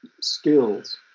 skills